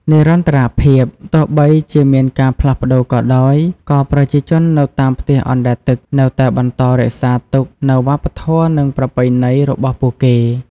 និរន្តរភាព ទោះបីជាមានការផ្លាស់ប្តូរក៏ដោយ ក៏ប្រជាជននៅតាមផ្ទះអណ្ដែតទឹកនៅតែបន្តរក្សាទុកនូវ វប្បធម៌ និងប្រពៃណី របស់ពួកគេ។